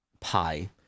Pi